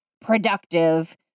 productive